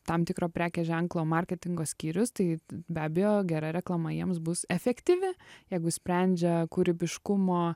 tam tikro prekės ženklo marketingo skyrius tai be abejo gera reklama jiems bus efektyvi jeigu sprendžia kūrybiškumo